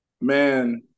Man